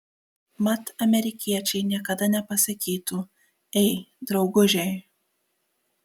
mat amerikiečiai niekada nepasakytų ei draugužiai